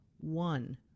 one